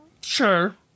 Sure